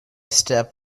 step